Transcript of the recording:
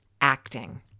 acting